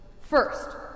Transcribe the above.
First